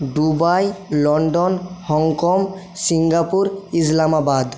Dubai London Hong Kong Singapore Islamabad